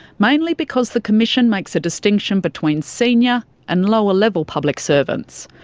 mainly because the commission makes a distinction between senior and lower level public servants,